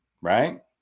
right